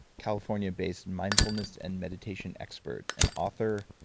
california-based mindfulness and meditation expert and author,